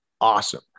awesome